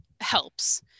helps